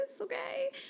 okay